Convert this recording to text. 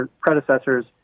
predecessors